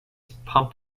pump